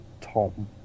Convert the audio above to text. tom